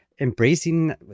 Embracing